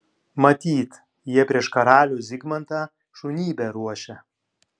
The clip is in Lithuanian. matyt jie prieš karalių zigmantą šunybę ruošia